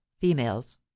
females